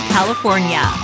California